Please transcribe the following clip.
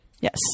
Yes